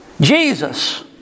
Jesus